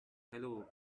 hello